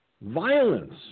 violence